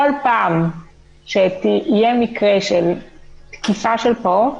כל פעם שיהיה מקרה של תקיפה של פעוט